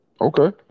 Okay